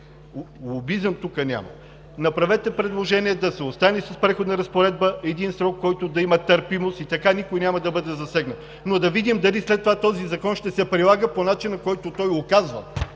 Лобизъм тук няма. Направете предложение да се остави с преходна разпоредба един срок, в който да има търпимост, и така никой няма да бъде засегнат. Но да видим дали след това този закон ще се прилага по начина, който той указва.